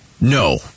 No